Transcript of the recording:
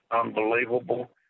Unbelievable